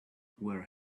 where